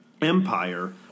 Empire